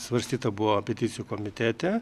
svarstyta buvo peticijų komitete